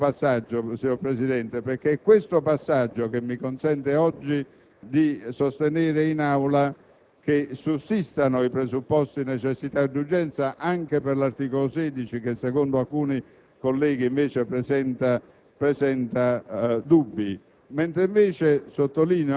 Voglio sottolineare questo passaggio, signor Presidente, perché mi consente oggi di sostenere in Aula che sussistano i presupposti di necessità ed urgenza, anche per l'articolo 16 che, secondo alcuni colleghi invece presenta dubbi.